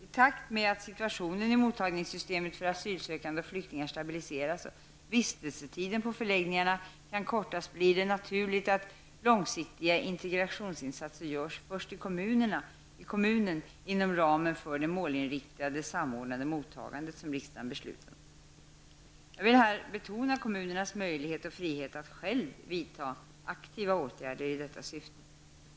I takt med att situationen i mottagningssystemet för asylsökande och flyktingar stabiliseras och vistelsetiden vid förläggningarna kan kortas blir det naturligt att långsiktiga integrationsinsatser görs först i kommunen inom ramen för det målinriktade samordnade mottagande som riksdagen beslutat om. Jag vill här betona kommuneras möjlighet och frihet att själva vidta aktiva åtgärder i detta syfte.